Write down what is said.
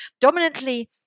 dominantly